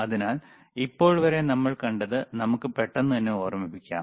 അതിനാൽ ഇപ്പോൾ വരെ നമ്മൾ കണ്ടത് നമുക്ക് പെട്ടെന്ന് തന്നെ ഓർമ്മിക്കാം